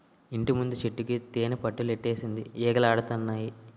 ఇంటిముందు చెట్టుకి తేనిపట్టులెట్టేసింది ఈగలాడతన్నాయి